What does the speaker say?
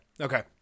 okay